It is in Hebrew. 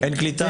סחיטה